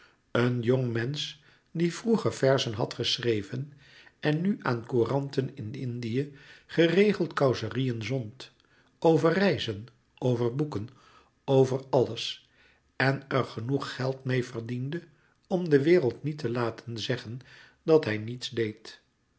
een jong mensch die vroeger verzen had geschreven en nu aan couranten in indië geregeld causerieën zond over reizen over boeken over alles en er genoeg geld meê verdiende om de wereld niet te laten zeggen dat hij niets deed